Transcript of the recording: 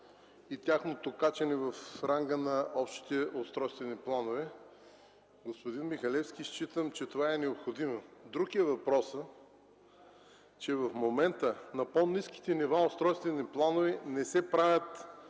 и тяхното качване в ранга на общите устройствени планове. Господин Михалевски, считам, че това е необходимо. Друг е въпросът, че в момента на по-ниските нива устройствени планове не се правят